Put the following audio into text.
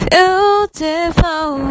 Beautiful